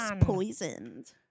Poisoned